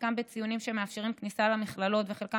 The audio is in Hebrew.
חלקם בציונים שמאפשרים כניסה למכללות וחלקם